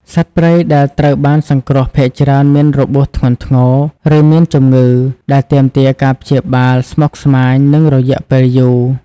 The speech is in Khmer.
សត្វព្រៃដែលត្រូវបានសង្គ្រោះភាគច្រើនមានរបួសធ្ងន់ធ្ងរ ឬមានជំងឺ ដែលទាមទារការព្យាបាលស្មុគស្មាញ និងរយៈពេលយូរ។